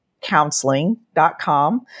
counseling.com